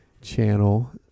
channel